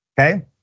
okay